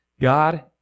God